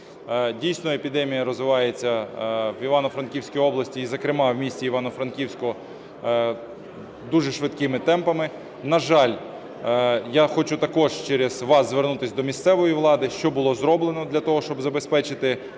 Дійсно, епідемія розвивається в Івано-Франківській області, і зокрема в місті Івано-Франківську дуже швидкими темпами. На жаль, я хочу також через вас звернутися до місцевої влади: що було зроблено для того, щоб забезпечити.